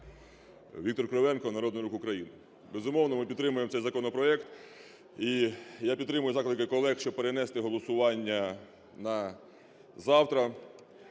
Віктор Кривенко, Народний Рух України. Безумовно, ми підтримуємо цей законопроект. І я підтримую заклики колег, щоби перенести голосування на завтра.